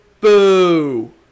Boo